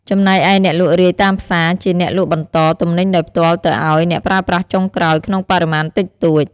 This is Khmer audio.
ចំណែកឯអ្នកលក់រាយតាមផ្សារ ជាអ្នក លក់បន្ត ទំនិញដោយផ្ទាល់ទៅឱ្យ អ្នកប្រើប្រាស់ចុងក្រោយ ក្នុងបរិមាណតិចតួច។